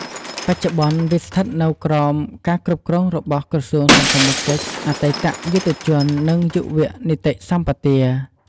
បច្ចុប្បន្ន វាស្ថិតនៅក្រោមការគ្រប់គ្របរបស់ក្រសួងសង្គមកិច្ច អតីតយុទ្ធជន និង យុវនីតិសម្បទា។